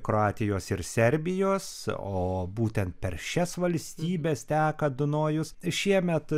kroatijos ir serbijos o būtent per šias valstybes teka dunojus šiemet